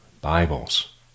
Bibles